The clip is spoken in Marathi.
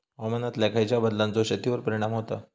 हवामानातल्या खयच्या बदलांचो शेतीवर परिणाम होता?